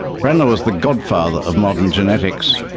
brenner was the godfather of modern genetics.